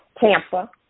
Tampa